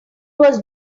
was